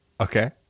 Okay